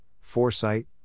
Foresight